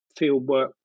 fieldwork